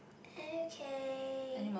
okay